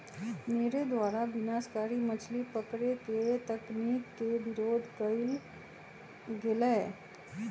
मेरे द्वारा विनाशकारी मछली पकड़े के तकनीक के विरोध कइल गेलय